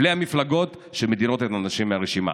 בלי המפלגות שמדירות נשים מהרשימה.